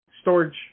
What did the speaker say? storage